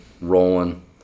rolling